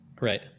Right